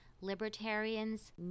libertarians